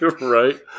right